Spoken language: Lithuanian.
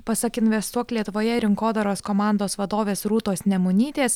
pasak investuok lietuvoje rinkodaros komandos vadovės rūtos nemunytės